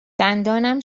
دندانم